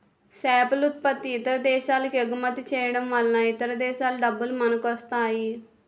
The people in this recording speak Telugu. సేపలుత్పత్తి ఇతర దేశాలకెగుమతి చేయడంవలన ఇతర దేశాల డబ్బులు మనకొస్తాయి